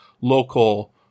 local